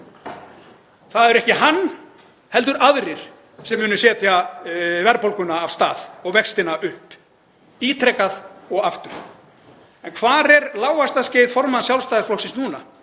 Það er ekki hann heldur aðrir sem munu setja verðbólguna af stað og vextina upp, ítrekað og aftur. En hvar er lágvaxtaskeið formanns Sjálfstæðisflokksins núna?